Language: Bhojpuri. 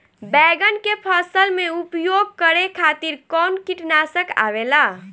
बैंगन के फसल में उपयोग करे खातिर कउन कीटनाशक आवेला?